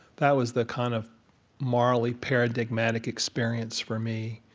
that was the kind of morally paradigmatic experience for me.